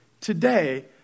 today